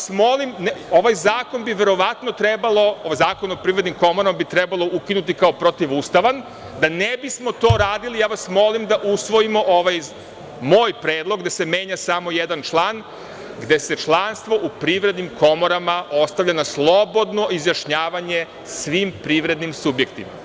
Molim vas, ovaj zakon bi verovatno trebalo, ovaj Zakon o Privrednim komorama bi trebalo ukinuti kao protivustavan, da ne bismo to radili, ja vas molim da usvojimo ovaj moj predlog gde se menja samo jedan član, gde se članstvo u Privrednim komorama ostavlja na slobodno izjašnjavanje svim privrednim subjektima.